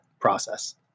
process